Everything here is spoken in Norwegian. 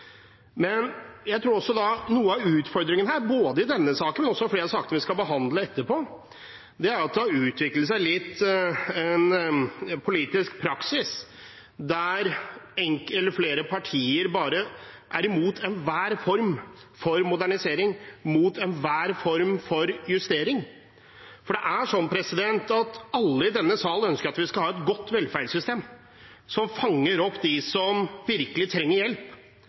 Men jeg tror noe av utfordringen her – både i denne saken og i flere av sakene vi skal behandle etterpå – er at det litt har utviklet seg en politisk praksis der flere partier bare er imot enhver form for modernisering, mot enhver form for justering. Det er sånn at alle i denne sal ønsker at vi skal ha et godt velferdssystem som fanger opp dem som virkelig trenger hjelp.